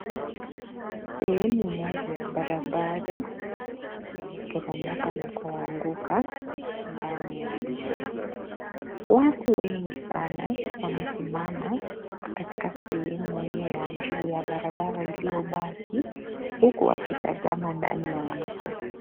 Sehemu moja ya barabara imeporomoka na kuanguka ndani ya mto. Watu wengi sana wamesimama Katika sehemu hiyo ya juu ya barabara iliyobaki huku wakitazama ndani ya mto.